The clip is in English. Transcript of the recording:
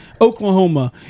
Oklahoma